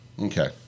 okay